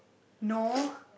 no